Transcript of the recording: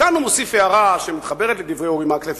כאן הוא מוסיף הערה שמתחברת לדברי חבר הכנסת אורי מקלב,